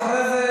ואחרי זה,